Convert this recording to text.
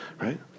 Right